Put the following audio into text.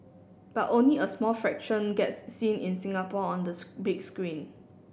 but only a small fraction gets seen in Singapore on the big screen